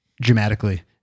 dramatically